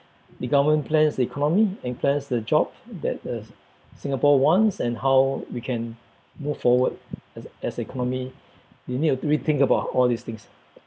the government plans the economy and plans the job that uh Singapore wants and how we can move forward as as economy you need to rethink about all these things